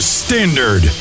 standard